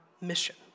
mission